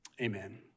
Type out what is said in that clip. Amen